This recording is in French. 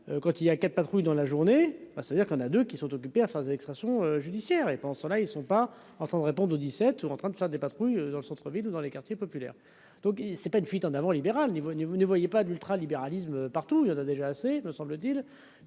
quand il y a 4 patrouilles dans la journée, ben ça veut dire qu'on a deux qui sont occupés à faire extras judiciaire et pendant ce temps,-là, ils ne sont pas en train de répondre au dix-sept ou en train de faire des patrouilles dans le centre-ville ou dans les quartiers populaires, donc il c'est pas une fuite en avant libérale niveau, vous ne voyez pas d'ultra libéralisme partout, il y en a déjà assez, me semble-t-il,